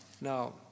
now